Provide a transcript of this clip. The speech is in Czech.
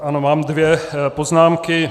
Ano, mám dvě poznámky.